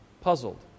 puzzled